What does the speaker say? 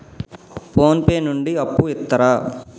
Phone pay నుండి అప్పు ఇత్తరా?